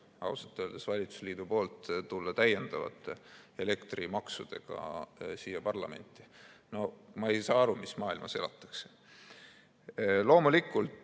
ogar, kui valitsusliit tuleb täiendavate elektrimaksudega siia parlamenti. No ma ei saa aru, mis maailmas elatakse! Loomulikult,